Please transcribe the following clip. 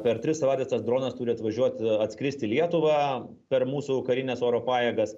per tris savaites tas dronas turi atvažiuot atskrist į lietuvą per mūsų karines oro pajėgas